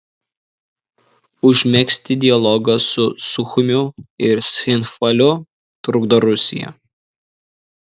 užmegzti dialogą su suchumiu ir cchinvaliu trukdo rusija